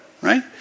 right